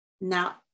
now